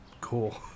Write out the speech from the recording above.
Cool